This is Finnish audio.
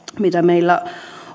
mitä meillä